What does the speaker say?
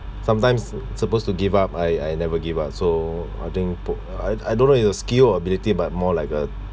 sometimes supposed to give up I I never give up so I think thought I I don't know it's a skill or ability but more like a